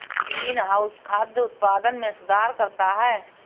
greenhouse खाद्य उत्पादन में सुधार करता है